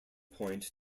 point